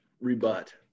rebut